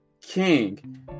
King